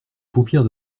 paupières